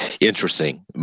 Interesting